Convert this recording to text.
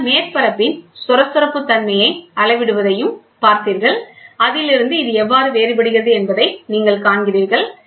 ஆனால் மேற்பரப்பின் சொரசொரப்பு தன்மை அளவிடுவதையும் பார்த்தீர்கள் அதிலிருந்து இது எவ்வாறு வேறுபடுகிறது என்பதை நீங்கள் காண்கிறீர்கள்